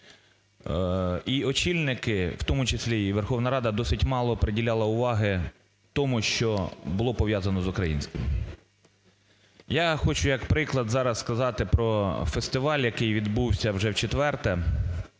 і очільники, в тому числі і Верховна Рада, досить мало приділяла уваги тому, що було пов'язано з українським. Я хочу, як приклад, зараз сказати про фестиваль, який відбувся вже вчетверте